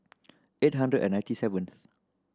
eight hundred and ninety seventh